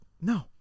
No